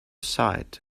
sight